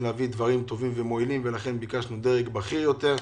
להביא דברים טובים ומועילים ולכן ביקשנו דרג בכיר יותר.